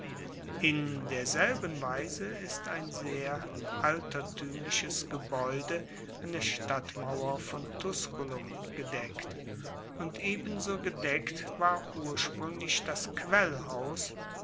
in derselben weise ist ein sehr altertuemliches gebaeude an der stadtmauer von tusculum gedeckt und ebenso gedeckt war urspruenglich das